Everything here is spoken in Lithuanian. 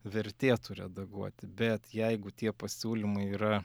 vertėtų redaguoti bet jeigu tie pasiūlymai yra